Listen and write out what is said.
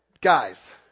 guys